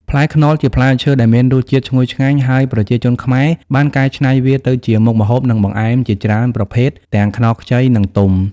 ផ្លែខ្នុរ ជាផ្លែឈើដែលមានរសជាតិឈ្ងុយឆ្ងាញ់ ហើយប្រជាជនខ្មែរបានកែច្នៃវាទៅជាមុខម្ហូប និងបង្អែមជាច្រើនប្រភេទ ទាំងខ្នុរខ្ចី និងទុំ។